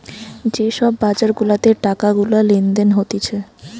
যে সব বাজার গুলাতে টাকা গুলা লেনদেন হতিছে